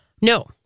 No